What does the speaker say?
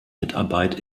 mitarbeit